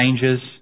changes